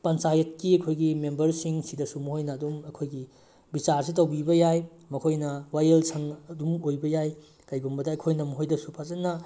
ꯄꯟꯆꯥꯌꯦꯠꯀꯤ ꯑꯩꯈꯣꯏꯒꯤ ꯃꯦꯝꯕꯔꯁꯤꯡꯁꯤꯗꯁꯨ ꯃꯣꯏꯅ ꯑꯗꯨꯝ ꯑꯩꯈꯣꯏꯒꯤ ꯕꯤꯆꯥꯔꯁꯦ ꯇꯧꯕꯤꯕ ꯌꯥꯏ ꯃꯈꯣꯏꯅ ꯋꯥꯌꯦꯜ ꯁꯪ ꯑꯗꯨꯝ ꯑꯣꯏꯕ ꯌꯥꯏ ꯀꯩꯒꯨꯝꯕꯗ ꯑꯩꯈꯣꯏꯅ ꯃꯣꯏꯗꯁꯨ ꯐꯖꯅ